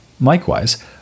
Likewise